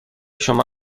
شما